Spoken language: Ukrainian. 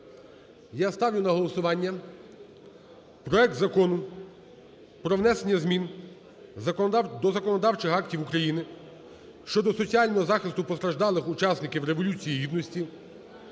Я ставлю на голосування проект Закону про внесення змін до законодавчих актів України щодо соціального захисту постраждалих учасників Революції Гідності